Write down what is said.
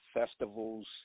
festivals